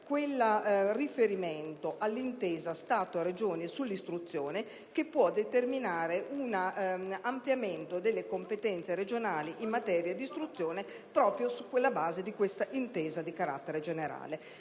un riferimento all'intesa Stato-Regioni sull'istruzione, che può determinare un ampliamento delle competenze regionali in materia di istruzione proprio sulla base di questa intesa di carattere generale.